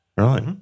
Right